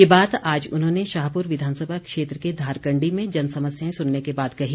ये बात आज उन्होंने शाहपूर विधानसभा क्षेत्र के धारकंडी में जनसमस्याएं सुनने के बाद कही